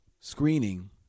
screening